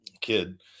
kid